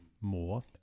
more